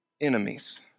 enemies